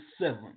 seven